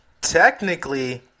technically